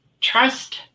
trust